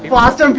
last